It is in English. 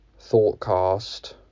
Thoughtcast